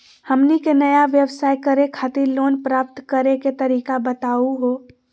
हमनी के नया व्यवसाय करै खातिर लोन प्राप्त करै के तरीका बताहु हो?